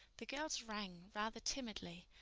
the girls rang rather timidly,